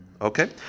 Okay